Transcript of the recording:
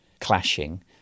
clashing